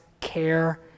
care